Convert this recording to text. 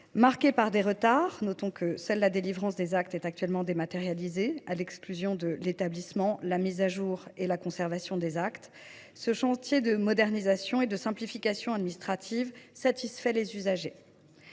Marqué par des retards – notons que seule la délivrance des actes est actuellement dématérialisée, à l’exclusion de leur établissement, de leur mise à jour et de leur conservation –, ce chantier de modernisation et de simplification administrative satisfait les usagers.